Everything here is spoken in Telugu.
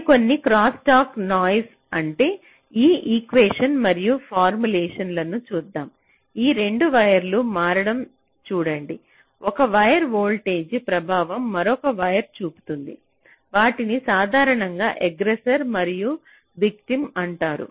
మరికొన్ని క్రాస్స్టాక్ నాస్ అంటే ఈ ఈక్వేషన్ మరియు ఫార్ములేషన్ లను చూద్దాం ఈ 2 వైర్లు మారడం చూడండి ఒక వైర్పై వోల్టేజ్ ప్రభావం మరొక వైర్పై చూపుతుంది వాటిని సాధారణంగా ఎగ్రెసర్ మరియు విటిమ్ అంటారు